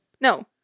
No